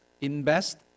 invest